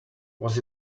was